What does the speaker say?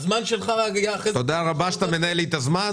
הזמן שלך יהיה --- תודה רבה שאתה מנהל לי את הזמן.